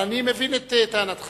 אבל אני מבין את טענתך.